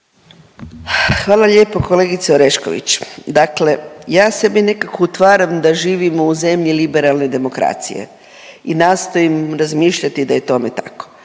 Hvala lijepo kolegice Orešković, dakle ja sebi nekako utvaram da živimo u zemlji liberalne demokracije i nastojim razmišljati da je tome tako.